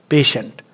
Patient